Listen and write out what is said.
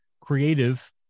creative